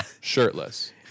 shirtless